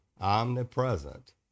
omnipresent